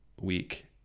week